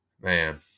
Man